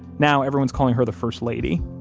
now everyone's calling her the first lady.